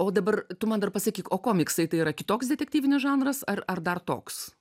o dabar tu man dar pasakyk o komiksai tai yra kitoks detektyvinis žanras ar ar dar toks